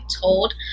told